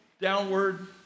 downward